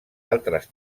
altres